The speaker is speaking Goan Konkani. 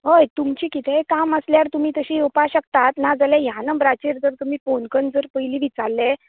हय तुमचें कितेंय काम आसल्यार तुमी तशें येवपा शकतात ना जाल्यार ह्या नंबरांचेर जर फोन कन्न जर पयलीं विचारलें